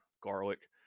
garlic